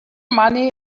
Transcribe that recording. money